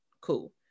cool